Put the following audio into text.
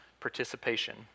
participation